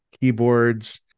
keyboards